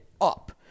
up